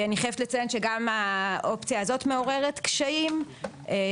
אני חייבת לציין שגם האופציה הזאת מעוררת קשיים גם